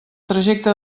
trajecte